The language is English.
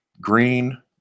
green